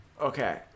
Okay